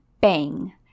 bang